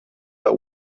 but